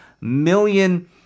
million